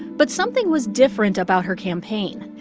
but something was different about her campaign.